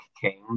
King